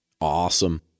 Awesome